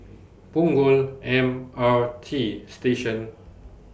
Punggol M R T Station